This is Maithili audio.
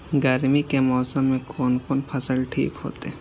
गर्मी के मौसम में कोन कोन फसल ठीक होते?